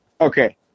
Okay